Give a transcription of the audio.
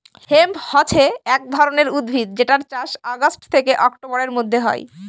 hemp হছে এক ধরনের উদ্ভিদ যেটার চাষ অগাস্ট থেকে অক্টোবরের মধ্যে হয়